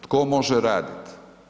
Tko može radit?